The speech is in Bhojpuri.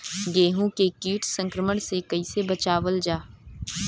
गेहूँ के कीट संक्रमण से कइसे बचावल जा?